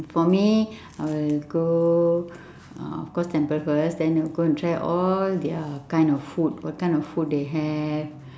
for me I'll go uh of course temple first then I'll go and try all their kind of food what kind of food they have